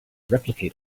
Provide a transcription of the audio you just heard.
replicate